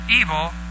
evil